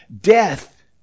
death